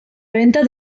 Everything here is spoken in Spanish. venta